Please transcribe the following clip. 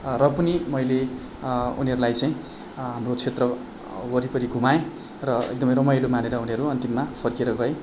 र पनि मैले उनीहरूलाई चाहिँ हाम्रो क्षेत्र वरिपरि घुमाएँ र एकदम रमाइलो मानेर उनीहरू अन्तिममा फर्केर गए